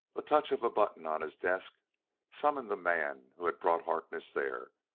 a touch of a button on his desk summoned the man who had brought harkness there.